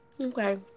Okay